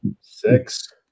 six